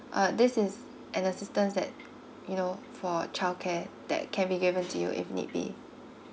uh this is an assistance that you know for childcare that can be given to you if need be